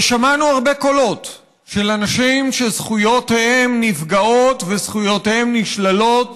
ושמענו הרבה קולות של אנשים שזכויותיהם נפגעות וזכויותיהם נשללות